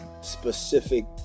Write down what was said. specific